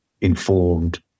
informed